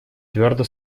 твердо